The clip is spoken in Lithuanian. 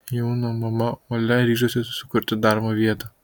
jauna mama olia ryžosi susikurti darbo vietą